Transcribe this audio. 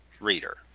reader